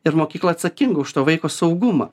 ir mokykla atsakinga už to vaiko saugumą